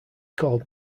called